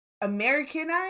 Americanized